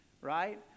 right